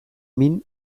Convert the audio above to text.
min